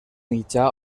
mitjà